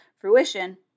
fruition